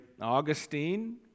Augustine